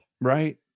Right